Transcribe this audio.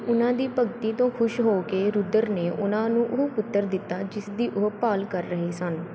ਉਹਨਾਂ ਦੀ ਭਗਤੀ ਤੋਂ ਖੁਸ਼ ਹੋ ਕੇ ਰੁਦਰ ਨੇ ਉਹਨਾਂ ਨੂੰ ਉਹ ਪੁੱਤਰ ਦਿੱਤਾ ਜਿਸ ਦੀ ਉਹ ਭਾਲ ਕਰ ਰਹੇ ਸਨ